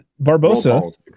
Barbosa